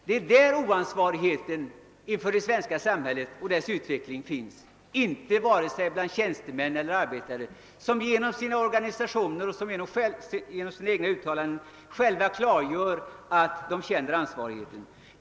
Det är där som oansvarigheten inför det svenska samhällets utveckling finns, inte bland tjänstemän eller arbetare, som genom sina organisationer och genom egna uttalanden klargör att de känner sitt ansvar.